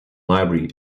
library